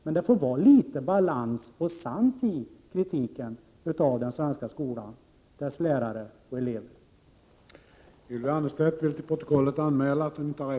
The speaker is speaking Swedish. Men det får vara litet balans och sans i kritiken av den svenska skolan, dess lärare och elever.